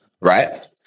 right